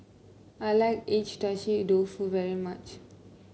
I like Agedashi Dofu very much